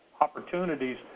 opportunities